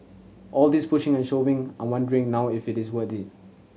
all this pushing and shoving I'm wondering now if it is worth it